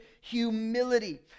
humility